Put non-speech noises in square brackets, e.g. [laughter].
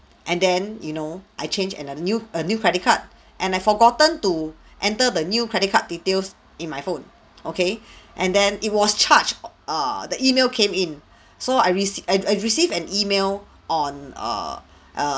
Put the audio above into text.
and then you know I change and a another new a new credit card [breath] and I forgotten to [breath] enter the new credit card details in my phone okay [breath] and then it was charged o err the email came in [breath] so I recei~ I I receive an email on err [breath] err